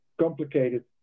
complicated